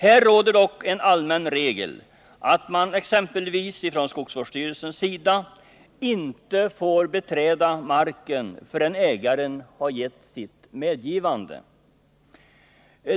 Här råder dock en allmän regel att exempelvis skogsvårdsstyrelsen inte får beträda marken förrän ägaren har gett sitt medgivande.